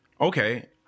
okay